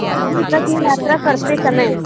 جی bus میں یاترا کرتے سمے